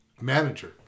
manager